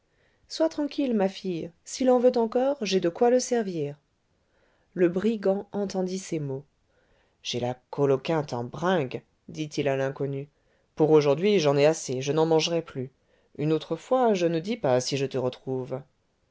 sois tranquille ma fille s'il en veut encore j'ai de quoi le servir le brigand entendit ces mots j'ai la coloquinte en bringues dit-il à l'inconnu pour aujourd'hui j'en ai assez je n'en mangerai plus une autre fois je ne dis pas si je te retrouve